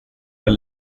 väl